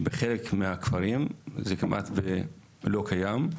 בחלק מהכפרים זה כמעט לא קיים.